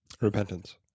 Repentance